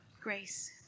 grace